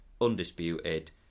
undisputed